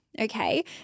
okay